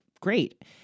great